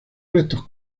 restos